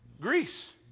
greece